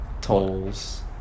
Tolls